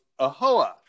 AHOA